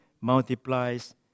multiplies